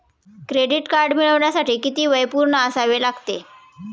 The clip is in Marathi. क्रेडिट कार्ड मिळवण्यासाठी किती वय पूर्ण असावे लागते?